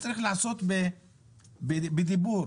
לעשות בדיבור,